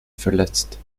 verletzt